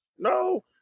No